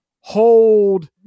hold